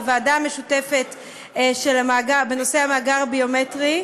בוועדה המשותפת בנושא המאגר הביומטרי,